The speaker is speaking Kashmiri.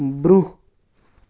برٛونٛہہ